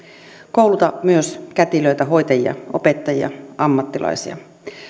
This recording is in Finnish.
kouluta myös kätilöitä hoitajia opettajia ammattilaisia